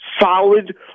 solid